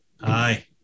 Aye